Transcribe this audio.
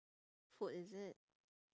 food is it